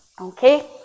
okay